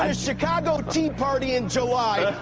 ah chicago tea party in july.